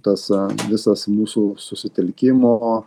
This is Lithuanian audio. tas visas mūsų susitelkimo